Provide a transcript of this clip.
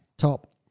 Top